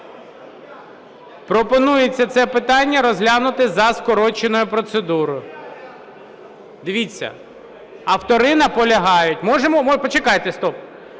Пропонується це питання розглянути за скороченою процедурою. Дивіться, автори наполягають. Почекайте! Стоп!